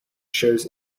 shows